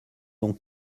ont